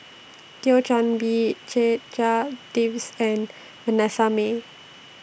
Thio Chan Bee Checha Davies and Vanessa Mae